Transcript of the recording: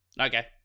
Okay